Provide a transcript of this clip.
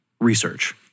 research